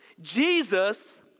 Jesus